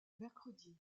mercredi